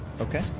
okay